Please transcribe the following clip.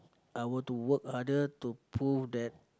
I were to work harder to prove that